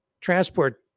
Transport